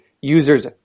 users